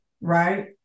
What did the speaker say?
right